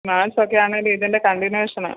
മാത്സക്കെയാണെലുമിതിൻ്റെ കണ്ടിന്വേഷനാ